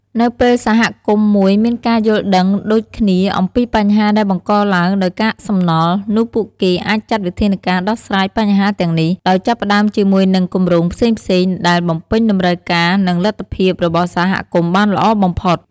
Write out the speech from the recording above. នៅពេលសហគមន៍មួយមានការយល់ដឹងដូចគ្នាអំពីបញ្ហាដែលបង្កឡើងដោយកាកសំណល់ នោះពួកគេអាចចាត់វិធានការដោះស្រាយបញ្ហាទាំងនេះ ដោយចាប់ផ្តើមជាមួយនឹងគម្រោងផ្សេងៗដែលបំពេញតម្រូវការនិងលទ្ធភាពរបស់សហគមន៍បានល្អបំផុត។